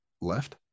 left